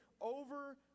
over